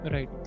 Right